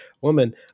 woman